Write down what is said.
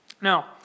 Now